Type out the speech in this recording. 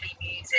music